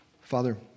Father